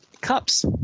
cups